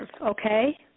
okay